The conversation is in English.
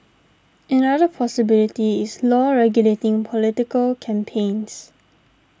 another possibility is law regulating political campaigns